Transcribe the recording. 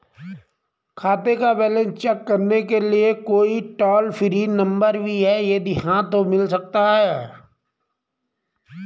खाते का balance check करने के लिए कोई टॉल फ्री नम्बर भी है यदि हाँ तो मिल सकता है?